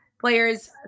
Players